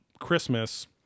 Christmas